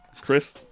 chris